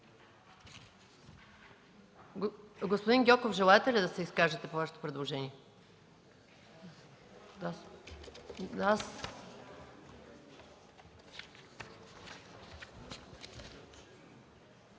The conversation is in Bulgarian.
Господин Гьоков, желаете ли да се изкажете по Вашето предложение?